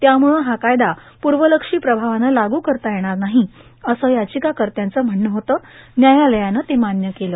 त्यामुळं हा कायदा पूर्वलक्ष्यी प्रभावानं लागू करता येणार नाही असं याचिकाकर्त्यांचं म्हणणं होतं न्यायालयानं ते मान्य केलं